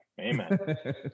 Amen